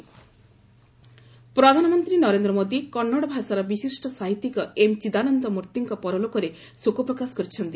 PM ମୂର୍ତ୍ତି ପ୍ରଧାନମନ୍ତ୍ରୀ ନରେନ୍ଦ୍ର ମୋଦୀ କନ୍ନଡ ଭାଷାର ବିଶିଷ୍ଟ ସାହିତ୍ୟିକ ଏମ୍ ଚିଦାନନ୍ଦ ମୂର୍ତ୍ତିଙ୍କ ପରଲୋକରେ ଶୋକ ପ୍ରକାଶ କରିଚନ୍ତି